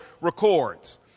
records